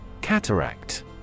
Cataract